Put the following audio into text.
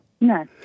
No